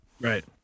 Right